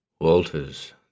Walters